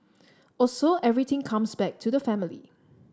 also everything comes back to the family